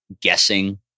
guessing